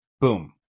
Boom